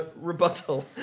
rebuttal